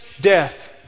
Death